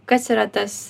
kas yra tas